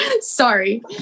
Sorry